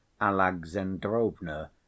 Alexandrovna